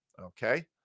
okay